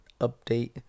update